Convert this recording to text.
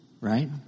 right